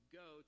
go